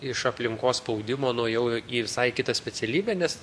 iš aplinkos spaudimo nuėjau į visai kitą specialybę nes